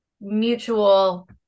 mutual